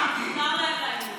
אה, מיקי?